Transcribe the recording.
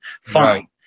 Fine